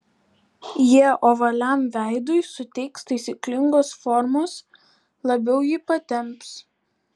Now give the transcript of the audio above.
jie ovaliam veidui suteiks taisyklingos formos labiau jį patemps